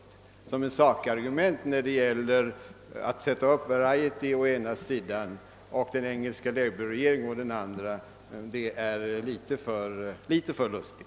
Att som ett sakargument sätta upp Variety på ena sidan och den engelska labourregeringen på den andra är litet för lustigt.